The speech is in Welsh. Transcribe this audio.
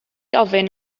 ofyn